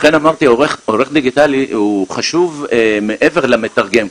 לכן אמרתי שעורך דיגיטלי הוא חשוב מעבר למתרגם,